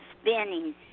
spinning